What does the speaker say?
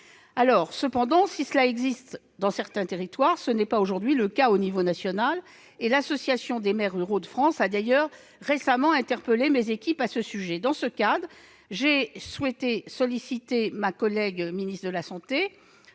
Cependant, si cela existe dans certains territoires, ce n'est pas le cas à l'échelon national et l'Association des maires ruraux de France (AMRF) a d'ailleurs récemment interpellé mes équipes à ce sujet. Dans ce cadre, j'ai souhaité solliciter ma collègue ministre de la santé,